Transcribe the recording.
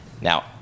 Now